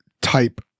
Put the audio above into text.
type